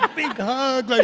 ah big hug. like